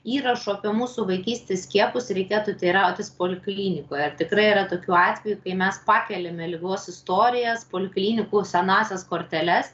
įrašų apie mūsų vaikystės skiepus reikėtų teirautis poliklinikoje ar tikrai yra tokių atvejų kai mes pakeliame ligos istorijas poliklinikų senąsias korteles